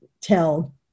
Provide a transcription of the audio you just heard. tell